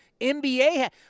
NBA